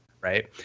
right